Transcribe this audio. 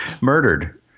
Murdered